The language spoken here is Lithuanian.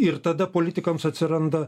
ir tada politikams atsiranda